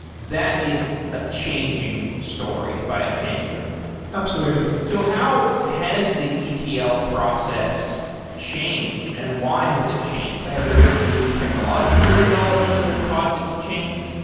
that is a changing story, if i understand you correctly absolutely. so how has the etl process changed and why has it changed? have there been some new technological developments that have caused it to change?